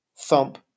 Thump